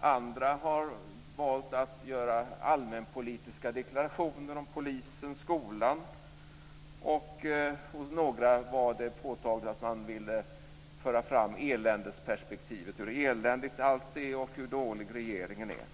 Andra har valt att göra allmänpolitiska deklarationer om polisen och skolan, och hos några var det påtagligt att man ville föra fram eländesperspektivet, dvs. hur eländigt allt är och hur dålig regeringen är.